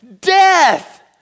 Death